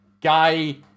guy